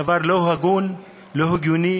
דבר לא הגון, לא הגיוני,